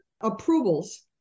approvals